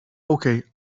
okay